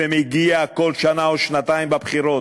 ומגיע כל שנה או שנתיים בבחירות,